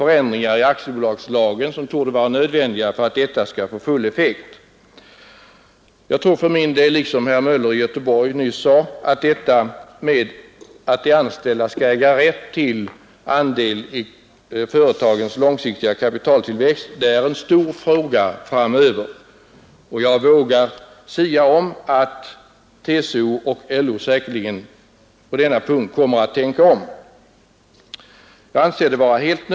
Förändringar i aktiebolagslagen torde vara nödvändiga för full effekt. Jag tror för min del liksom herr Möller i Göteborg att kravet att de anställda skall ha rätt till andel i företagens långsiktiga kapitaltillväxt är en stor fråga framöver, och jag vågar sia att LO säkerligen kommer att tänka om på denna punkt.